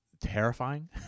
terrifying